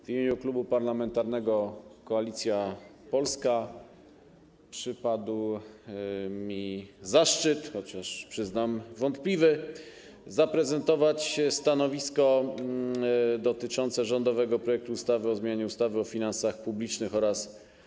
W imieniu Klubu Parlamentarnego Koalicja Polska przypadł mi w udziale zaszczyt, chociaż przyznam, że wątpliwy, zaprezentowania stanowiska dotyczącego rządowego projektu ustawy o zmianie ustawy o finansach publicznych oraz